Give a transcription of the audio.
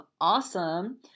awesome